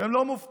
אתם לא מופתעים,